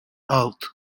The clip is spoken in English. health